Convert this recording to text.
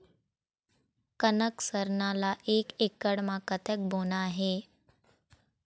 कनक सरना ला एक एकड़ म कतक बोना हे?